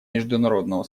международного